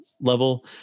level